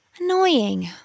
Annoying